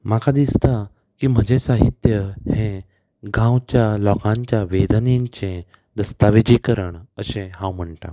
म्हाका दिसता की म्हजें साहित्य हें गांवच्या लोकांच्या वेदनेंचे दस्तावेजीकरण अशें हांव म्हणटां